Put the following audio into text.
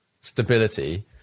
stability